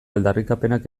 aldarrikapenak